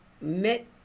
met